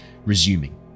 resuming